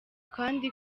kandi